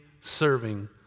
serving